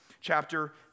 chapter